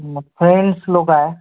मग फ्रेंड्स लोकं आहे